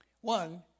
One